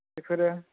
बेफोरो